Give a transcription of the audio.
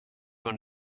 von